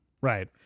Right